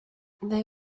they